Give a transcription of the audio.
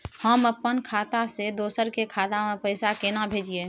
हम अपन खाता से दोसर के खाता में पैसा केना भेजिए?